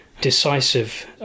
decisive